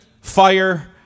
fire